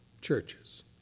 churches